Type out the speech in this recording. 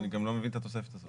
אני גם לא מבין את התוספת הזאת.